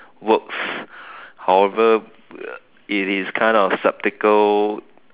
works however uh it is kind of skeptical